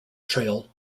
trail